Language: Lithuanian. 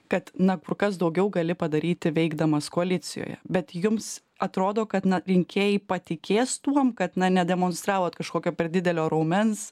kad na kur kas daugiau gali padaryti veikdamas koalicijoje bet jums atrodo kad na rinkėjai patikės tuom kad na nedemonstravot kažkokio per didelio raumens